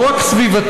לא רק סביבתית,